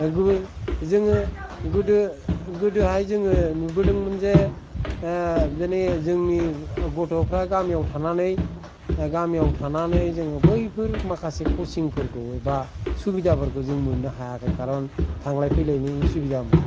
गुबै जोङो गोदो गोदोहाय जोङो नुबोदोंमोन जे जेने जोंनि गथ'फ्रा गामिआव थानानै गामिआव थानानै जों बैफोर माखासे कसिं फोरखाै एबा सुबिदाफोरखाै जों मोननो हायाखै खारन थांलाय फैलायनि उसुबिदामोन